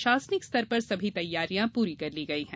प्राशासनिक स्तर पर सभी तैयारियां पूरी कर ली है